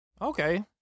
Okay